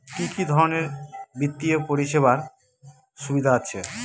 কি কি ধরনের বিত্তীয় পরিষেবার সুবিধা আছে?